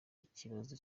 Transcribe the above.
ikibazo